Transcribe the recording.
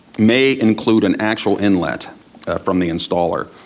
may include an actual inlet from the installer.